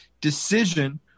decision